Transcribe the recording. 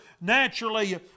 naturally